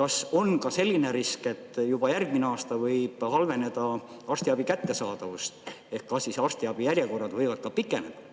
kas on ka selline risk, et juba järgmine aasta võib halveneda arstiabi kättesaadavus? Ehk kas arstiabi järjekorrad võivad ka pikeneda?